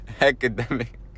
academic